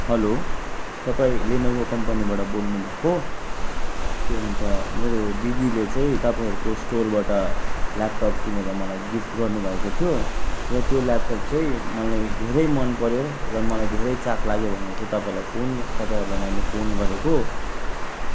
हलो तपाईँ लेनोभो कम्पनीबाट बोल्नु भएको के भन्छ मेरो दिदीले चाहिँ तपाईँहरूको स्टोरबाट ल्यापटप किनेर मलाई गिफ्ट गर्नुभएको थियो र त्यो ल्यापटप चाहिँ मलाई धेरै मन पऱ्यो र मलाई धेरै चाख लाग्यो भनेर चाहिँ तपाईँलाई फोन तपाईँहरूलाई मैले फोन गरेको